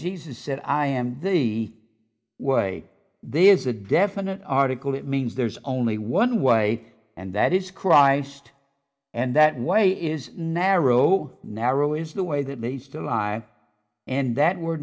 jesus said i am the way there is a definite article it means there's only one way and that is christ and that way is narrow narrow is the way that leads to line and that we're